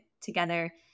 together